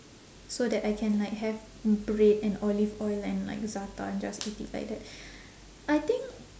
so that I can like have bread and olive oil and like za'atar and just eat it like that I think